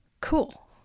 Cool